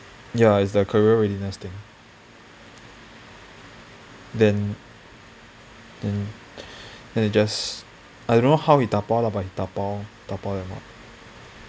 ya it's the career readiness thing then then then he just I don't know he dabao lah but he dabao